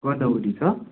गोदावरी छ